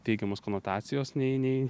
teigiamos konotacijos nei nei